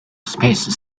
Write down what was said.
space